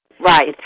Right